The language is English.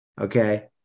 okay